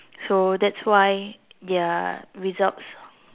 so that's why their results